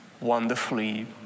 wonderfully